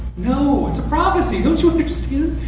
no! it's a prophecy! don't you understand?